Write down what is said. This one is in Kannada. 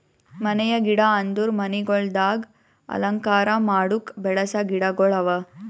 ಮನೆಯ ಗಿಡ ಅಂದುರ್ ಮನಿಗೊಳ್ದಾಗ್ ಅಲಂಕಾರ ಮಾಡುಕ್ ಬೆಳಸ ಗಿಡಗೊಳ್ ಅವಾ